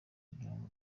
kugirango